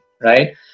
right